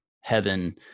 heaven